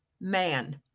man